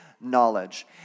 knowledge